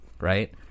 Right